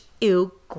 ew